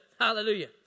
Hallelujah